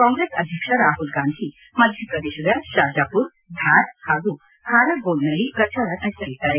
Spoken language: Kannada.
ಕಾಂಗ್ರೆಸ್ ಅಧ್ಯಕ್ಷ ರಾಹುಲ್ ಗಾಂಧಿ ಮಧ್ಯಪ್ರದೇಶದ ಶಾಜಾಪುರ್ ಧಾರ್ ಹಾಗೂ ಖಾರ್ಗೋನ್ನಲ್ಲಿ ನಡೆಸಲಿದ್ದಾರೆ